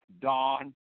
dawn